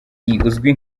uzwi